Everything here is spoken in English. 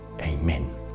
Amen